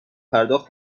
پرداخت